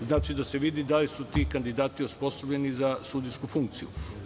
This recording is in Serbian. Znači, da se vidi da li su ti kandidati osposobljeni za sudijsku funkciju.